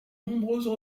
nombreuses